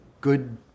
good